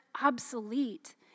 obsolete